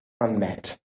unmet